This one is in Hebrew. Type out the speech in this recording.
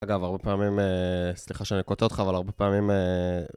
אגב, הרבה פעמים... סליחה שאני קוטע אותך, אבל הרבה פעמים...